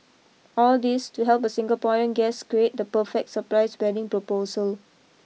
all this to help a Singaporean guest create the perfect surprise wedding proposal